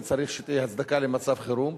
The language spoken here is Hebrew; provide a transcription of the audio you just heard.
וצריך שתהיה הצדקה למצב חירום.